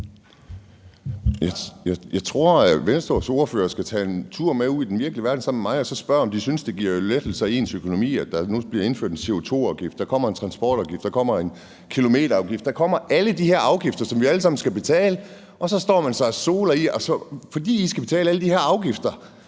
Jeg tror, Venstres ordfører skal tage en tur med ud i den virkelige verden sammen med mig og spørge, om man synes, det giver lettelser i ens økonomi, at der nu bliver indført en CO2-afgift, at der kommer en transportudgift, og at der kommer en kilometerafgift. Der kommer alle de her afgifter, som vi alle sammen skal betale, og så står man og soler sig i, at fordi I skal betale alle de her afgifter,